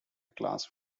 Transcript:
class